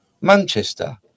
Manchester